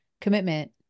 commitment